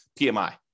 PMI